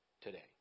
today